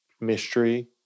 mystery